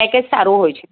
package સારું હોય છે